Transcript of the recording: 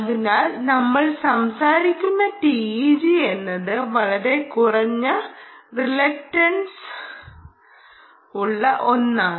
അതിനാൽ നമ്മൾ സംസാരിക്കുന്ന TEG എന്നത് വളരെ കുറഞ്ഞ resistanceulla റസിസ്റ്റൻസുള്ള ഒന്നാണ്